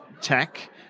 tech